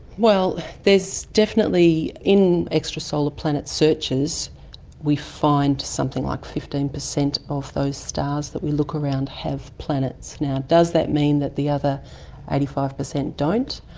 well there's definitely in extra solar planet searches we find something like fifteen per cent of those stars that we look around have planets. now does that mean that the other eighty five per cent don't?